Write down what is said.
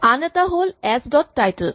আন এটা হ'ল এচ ডট টাইটল